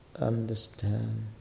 understand